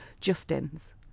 just-ins